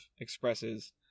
expresses